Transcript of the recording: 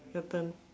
your turn